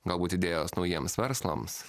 galbūt idėjos naujiems verslams